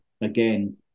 again